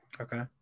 Okay